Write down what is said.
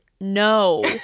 no